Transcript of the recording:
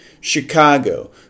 Chicago